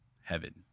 heaven